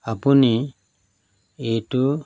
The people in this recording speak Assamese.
আপুনি এইটো